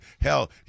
hell